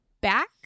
back